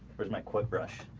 where's my quit brush?